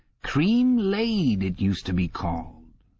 cream-laid, it used to be called.